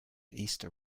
easter